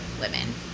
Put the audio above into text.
women